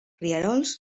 rierols